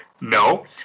No